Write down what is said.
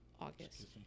August